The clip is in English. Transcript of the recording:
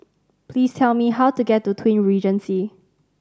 please tell me how to get to Twin Regency